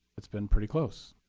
it's been pretty close.